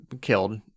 killed